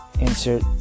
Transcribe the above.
insert